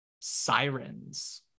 Sirens